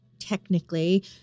technically